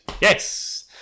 yes